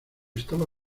estaba